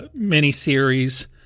miniseries